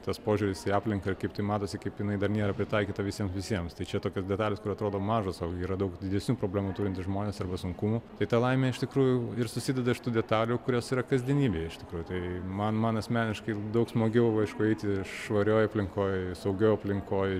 tas požiūris į aplinką kaip tai matosi kaip jinai dar nėra pritaikyta visiems visiems tai čia tokios detalės kur atrodo mažos o yra daug didesnių problemų turintys žmonės arba sunkumų tai ta laimė iš tikrųjų ir susideda iš tų detalių kurios yra kasdienybėje iš tikrųjų tai man man asmeniškai daug smagiau aišku eiti švarioj aplinkoj saugioj aplinkoj